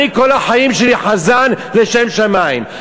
אני כל החיים שלי חזן לשם שמים.